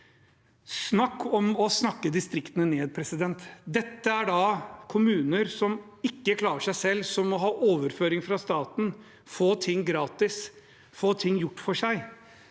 Snakk om å snakke distriktene ned. Dette er da kommuner som ikke klarer seg selv, som må ha overføringer fra staten, få ting gratis, få ting gjort for seg,